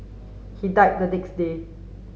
he died the next day